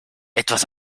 etwas